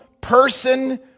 person